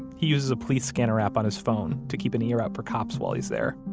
he uses a police scanner app on his phone to keep an ear out for cops while he's there